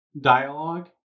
dialogue